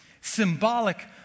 symbolic